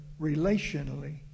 relationally